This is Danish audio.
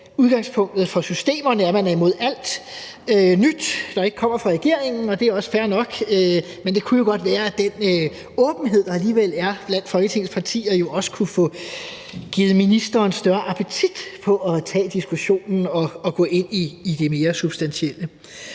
udgangspunktet for systemerne er, at man er imod alt nyt, der ikke kommer fra regeringen – og det er også fair nok. Det kunne jo godt være, at den åbenhed, der alligevel er blandt Folketingets partier, også kunne få givet ministeren større appetit på at tage diskussionen og gå ind i det mere substantielle.